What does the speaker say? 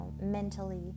mentally